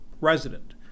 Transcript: resident